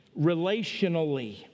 relationally